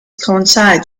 coincides